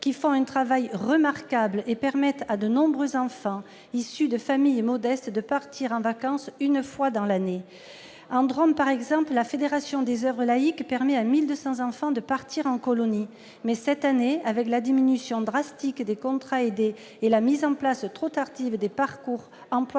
qui font un travail remarquable et permettent à de nombreux enfants issus de familles modestes de partir en vacances une fois dans l'année. Dans la Drôme, par exemple, la Fédération des oeuvres laïques permet à 1 200 enfants de partir en colonie de vacances. Mais cette année, avec la diminution drastique des contrats aidés et la mise en place trop tardive des parcours emploi